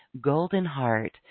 Goldenheart